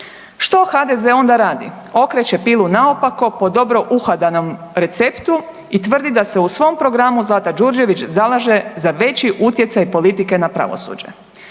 Što HDZ onda radi? Okreće pilu naopako po dobro uhodanom receptu i tvrdi da se u svom programu Zlata Đurđević zalaže za veći utjecaj politike na pravosuđe.